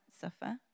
suffer